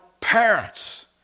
parents